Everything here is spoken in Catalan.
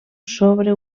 sobre